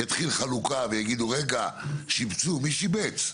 תתחיל חלוקה ויגידו רגע, שיבצו, מי שיבץ?